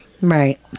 right